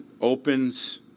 opens